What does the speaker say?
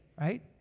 right